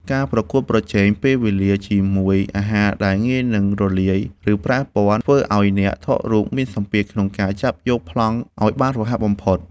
ការប្រកួតប្រជែងពេលវេលាជាមួយអាហារដែលងាយនឹងរលាយ ឬប្រែពណ៌ ធ្វើឱ្យអ្នកថតរូបមានសម្ពាធក្នុងការចាប់យកប្លង់ឱ្យបានរហ័សបំផុត។